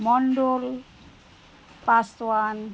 Mondal Paswan